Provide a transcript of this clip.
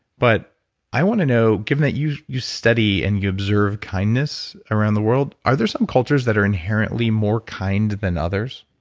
but i want to know given that you you study and you observe kindness around the world, are there some cultures that are inherently more kind than others?